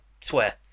swear